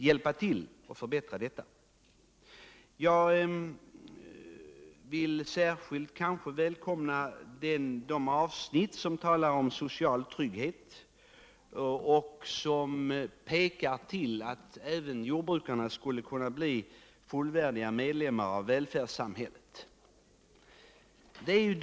Jag vill kanske särskilt välkomna de avsnitt i propositionen som talar om social trygghet för jordbrukarna och som pekar i riktning mot att även dessa bör bli fullvärdiga medlemmar av välfärdssamhället.